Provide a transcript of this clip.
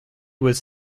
was